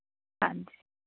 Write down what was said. ਹਾਂਜੀ